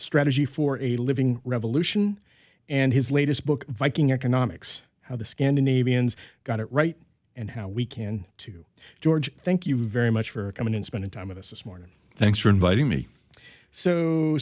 strategy for a living revolution and his latest book viking economics how the scandinavians got it right and how we can to george thank you very much for coming and spending time with us this morning thanks for inviting me so